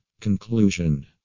Conclusion